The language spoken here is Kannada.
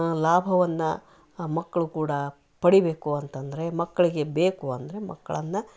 ಲಾಭವನ್ನ ಮಕ್ಕಳು ಕೂಡ ಪಡಿಯಬೇಕು ಅಂತಂದರೆ ಮಕ್ಕಳಿಗೆ ಬೇಕು ಅಂದರೆ ಮಕ್ಕಳನ್ನ